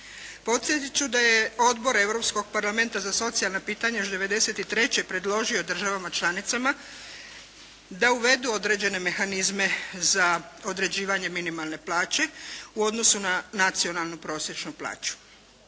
Podsjetit ću da je Odbor Europskog parlamenta za socijalna pitanja još 1993. predložio državama članicama da uvedu određene mehanizme za određivanje minimalne plaće u odnosu na nacionalnu prosječnu plaću.